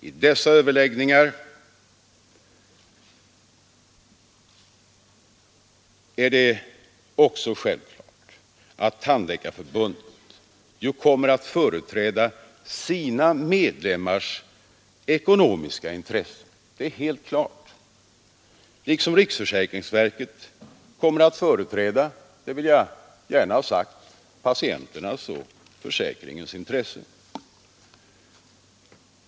I dessa överläggningar är det också självklart att Tandläkarförbundet kommer att företräda sina medlemmars ekonomiska intressen liksom riksförsäkringsverket kommer att företräda patienternas och försäkringens intressen.